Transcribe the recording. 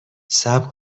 صبر